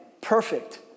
Perfect